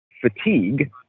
fatigue